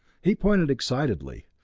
he pointed excitedly.